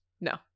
No